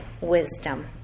wisdom